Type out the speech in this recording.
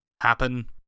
happen